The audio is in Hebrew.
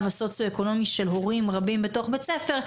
הסוציו-אקונומי של הורים רבים בתוך בית ספר,